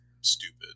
stupid